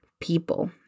people